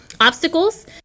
obstacles